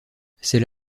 c’est